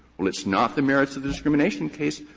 well, it's not the merits of the discrimination case,